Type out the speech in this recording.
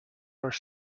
are